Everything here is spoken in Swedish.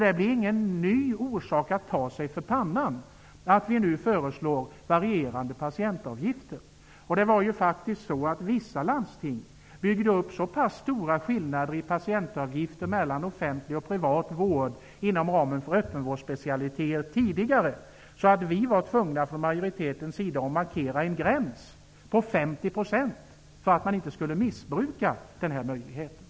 Det faktum att vi nu föreslår varierande patientavgifter är alltså ingen ny orsak att ta sig för pannan. Vissa landsting byggde tidigare, inom ramen för öppenvårdsspecialiteter, faktiskt upp så stora skillnader mellan patientavgifter i offentlig och privat vård att vi från majoritetens sida var tvungna att markera en gräns på 50 % för att man inte skulle missbruka den möjligheten.